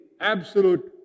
absolute